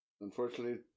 Unfortunately